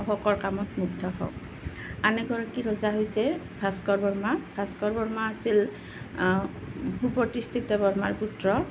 অশোকৰ কামত মুগ্ধ হওঁ আন এগৰাকী ৰজা হৈছে ভাস্কৰ বৰ্মা ভাস্কৰ বৰ্মা আছিল সুপ্ৰতিষ্ঠিত বৰ্মাৰ পুত্ৰ